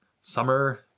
summer